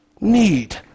need